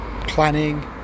planning